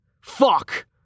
Fuck